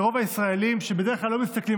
ולרוב הישראלים שבדרך כלל לא מסתכלים